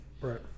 right